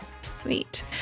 sweet